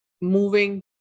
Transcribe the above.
moving